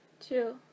two